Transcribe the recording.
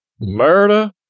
murder